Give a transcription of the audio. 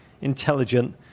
intelligent